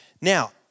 Now